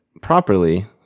properly